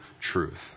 truth